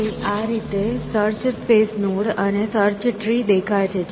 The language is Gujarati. તેથી આ રીતે સર્ચ સ્પેસ નોડ અને સર્ચ ટ્રી દેખાય છે